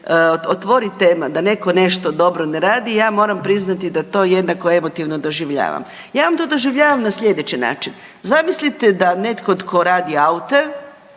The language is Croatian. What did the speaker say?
otvori tema da netko nešto dobro ne radi, ja moram priznati da to jednako emotivno doživljavam. Ja vam to doživljavam na sljedeći način, zamislite da netko tko radi aute,